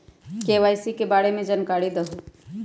KYC के बारे में जानकारी दहु?